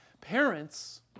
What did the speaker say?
parents